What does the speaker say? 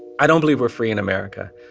i don't believe we're free in america.